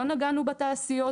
לא נגענו בתעשיות.